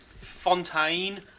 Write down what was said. Fontaine